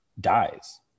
dies